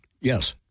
Yes